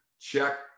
check